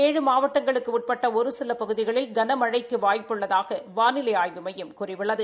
ஏழு மாவட்டங்களுக்கு உட்பட்ட ஒரு சில பகுதிகளில் கன மழைக்கு வாய்ப்பு உள்ளதாக வானிலை ஆய்வு மையம் கூறியுள்ளது